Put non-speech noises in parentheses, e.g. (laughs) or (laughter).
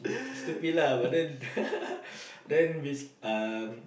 stupid lah but then (laughs) then we um